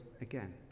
again